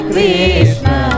Krishna